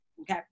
okay